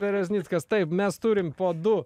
bereznickas taip mes turim po du